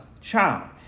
child